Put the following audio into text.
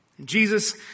Jesus